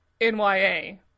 Nya